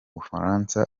bufaransa